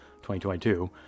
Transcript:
2022